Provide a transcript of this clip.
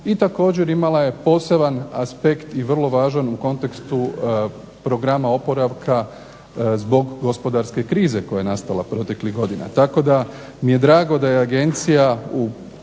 i također imala je poseban aspekt i vrlo važan u kontekstu programa oporavka zbog gospodarske krize koja je nastala proteklih godina. Tako da mi je drago da je agencija